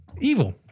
evil